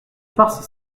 farce